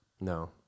No